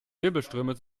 wirbelströme